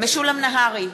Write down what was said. משולם נהרי,